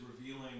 revealing